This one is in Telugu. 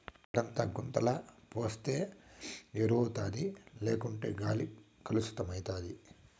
పేడంతా గుంతల పోస్తే ఎరువౌతాది లేకుంటే గాలి కలుసితమైతాది